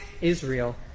Israel